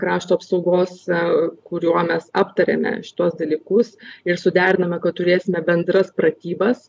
krašto apsaugos kuriuo mes aptarėme šituos dalykus ir suderinome kad turėsime bendras pratybas